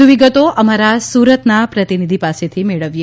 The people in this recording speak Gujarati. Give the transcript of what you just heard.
વધુ વિગતો અમારા સુરતના પ્રતિનિધિ પાસેથી મેળવીએ